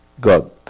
God